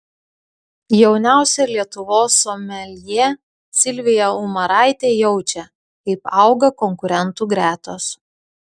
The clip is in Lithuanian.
jauniausia lietuvos someljė silvija umaraitė jaučia kaip auga konkurentų gretos